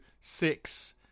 six